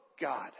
God